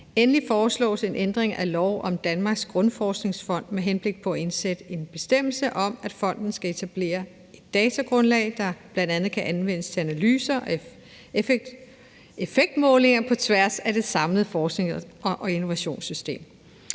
Endelig foreslås en ændring af lov om Danmarks Grundforskningsfond med henblik på at indsætte en bestemmelse om, at fonden skal etablere et datagrundlag, der bl.a. kan anvendes til analyser og effektmålinger på tværs af det samlede forsknings- og innovationssystem.